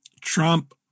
Trump